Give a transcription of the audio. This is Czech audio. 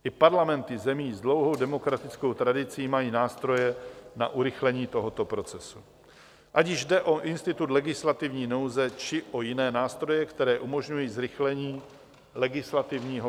I parlamenty zemí s dlouhou demokratickou tradicí mají nástroje na urychlení tohoto procesu, ať již jde o institut legislativní nouze, či o jiné nástroje, které umožňují zrychlení legislativního procesu.